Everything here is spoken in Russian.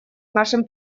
нашим